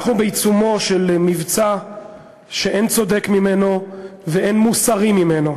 אנחנו בעיצומו של מבצע שאין צודק ממנו ואין מוסרי ממנו.